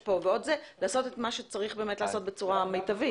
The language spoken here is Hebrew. פה לעשות את מה שצריך לעשות בצורה מיטבית?